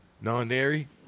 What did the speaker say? non-dairy